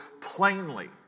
plainly